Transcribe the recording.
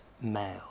male